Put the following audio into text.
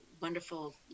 wonderful